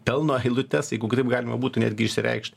pelno eilutes jeigu kitaip galima būtų netgi išsireikšt